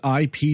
IP